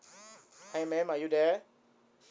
hi ma'am are you there